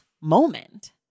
moment